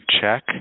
check